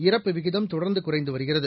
இறப்பு விகிதம் தொடர்ந்துகுறைந்துவருகிறது